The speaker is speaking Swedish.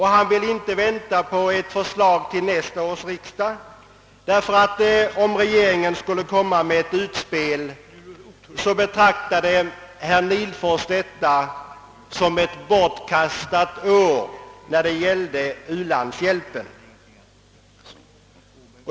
Han ville inte vänta på ett förslag till nästa års riksdag, ty om regeringen skulle komma med ett utspel så betraktade herr Nihlfors detta som ett bortkastat år när det gäller u-landshjälpen.